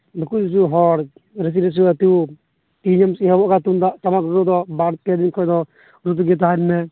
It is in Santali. ᱱᱩᱠᱩ ᱦᱤᱡᱩᱜ ᱦᱚᱲ ᱨᱟᱹᱥᱤᱼᱵᱟᱹᱥᱤ ᱟᱹᱛᱩ ᱛᱤᱦᱤᱧᱮᱢ ᱮᱦᱚᱵᱚᱜ ᱠᱷᱟᱱ ᱛᱩᱢᱫᱟᱜ ᱴᱟᱢᱟᱠ ᱨᱩ ᱫᱚ ᱵᱟᱨᱯᱮ ᱫᱤᱱ ᱠᱷᱚᱱ ᱫᱚ ᱨᱩ ᱛᱮᱜᱮ ᱛᱟᱦᱮᱱ ᱢᱮ